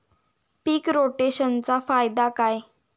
पीक रोटेशनचा फायदा काय आहे?